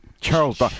Charles